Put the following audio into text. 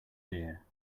deer